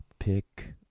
Pick